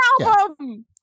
album